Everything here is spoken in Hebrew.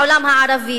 בעולם הערבי